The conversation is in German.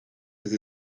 sie